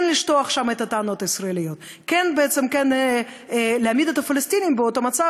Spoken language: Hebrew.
כן לשטוח שם את הטענות הישראליות וכן בעצם להעמיד את הפלסטינים במצב